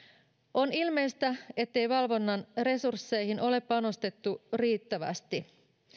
on ilmeistä ettei valvonnan resursseihin ole panostettu riittävästi